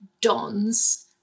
dons